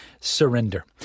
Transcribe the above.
Surrender